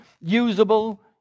usable